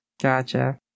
Gotcha